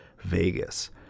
Vegas